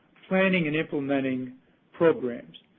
planning and implementing programs,